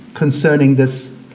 concerning this,